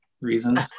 reasons